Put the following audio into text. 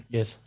Yes